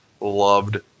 loved